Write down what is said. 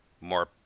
more